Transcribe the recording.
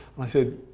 and i said.